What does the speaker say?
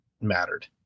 mattered